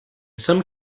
some